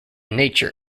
nature